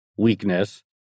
weakness